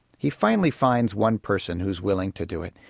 he finally finds one person who's willing to do it.